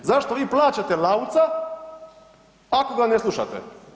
Zašto vi plaćate Lauca ako ga ne slušate?